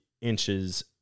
inches